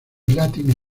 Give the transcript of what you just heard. latin